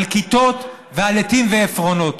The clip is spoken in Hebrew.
על כיתות ועל עטים ועפרונות.